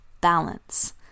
balance